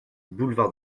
boulevard